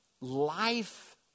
life